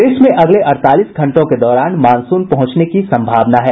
प्रदेश में अगले अड़तालीस घंटों के दौरान मानसून पहुंचने की संभावना है